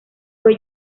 fue